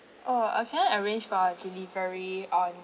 oh uh can I arrange for delivery on